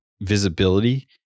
visibility